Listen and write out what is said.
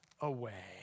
away